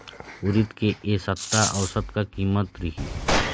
उरीद के ए सप्ता औसत का कीमत रिही?